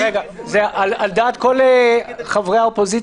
זה על דעת כל חברי האופוזיציה?